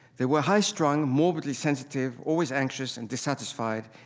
they were high-strung, morbidly sensitive, always anxious and dissatisfied,